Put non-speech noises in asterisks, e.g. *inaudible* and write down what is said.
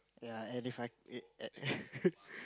ya and if I if *laughs*